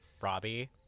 robbie